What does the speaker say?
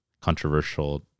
controversial